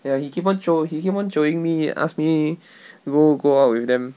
ya he keep on jio he keep on jioing me ask me go go out with them